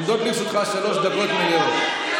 עומדות לרשותך שלוש דקות מלאות.